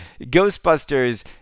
Ghostbusters